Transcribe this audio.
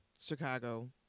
Chicago